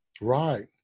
Right